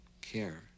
care